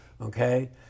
okay